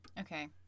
Okay